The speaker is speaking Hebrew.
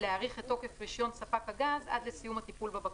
להאריך את תוקף רישיון ספק הגז עד לסיום הטיפול בבקשה.